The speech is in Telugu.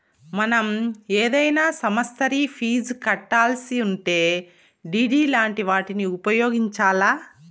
మనం ఏదైనా సమస్తరి ఫీజు కట్టాలిసుంటే డిడి లాంటి వాటిని ఉపయోగించాల్ల